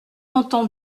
entend